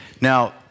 Now